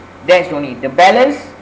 that's only the balance